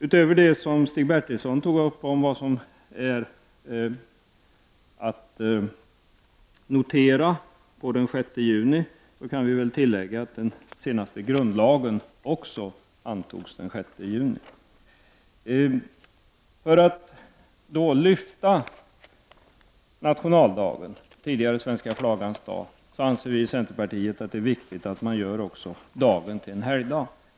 Utöver det som Stig Bertilsson nämnde om den 6 juni vill jag lägga till att den senaste grundlagen antogs just detta datum, alltså den 6 juni. För att så att säga lyfta nationaldagen, tidigare kallad svenska flaggans dag, anser vi i centerpartiet att det är viktigt att den dagen görs till helgdag.